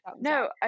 no